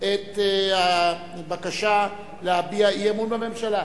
את הבקשה להביע אי-אמון בממשלה.